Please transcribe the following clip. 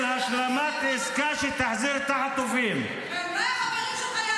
השלמת עסקה שתחזיר את החטופים -- ואולי החברים שלך יעזרו?